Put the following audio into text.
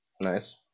Nice